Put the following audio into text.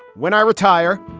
when i retire,